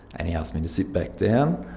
and he asked me to sit back down.